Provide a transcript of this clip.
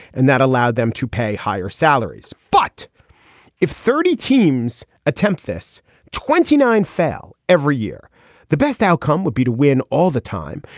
and that allowed them to pay higher salaries. but if thirty teams attempt this twenty nine fail every year the best outcome would be to win all the time.